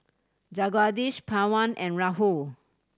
Jagadish Pawan and Rahul